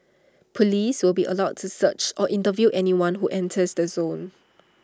Police will be allowed to search or interview anyone who enters the zone